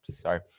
Sorry